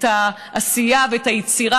את העשייה ואת היצירה.